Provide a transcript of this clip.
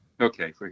Okay